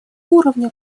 уровня